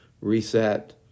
Reset